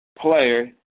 player